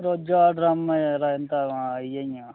रोजै दा ड्रामा जरा इं'दा माए इ'यै